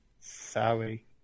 sorry